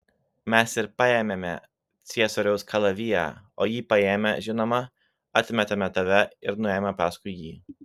mes ir paėmėme ciesoriaus kalaviją o jį paėmę žinoma atmetėme tave ir nuėjome paskui jį